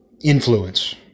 influence